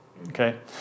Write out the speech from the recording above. Okay